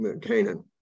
Canaan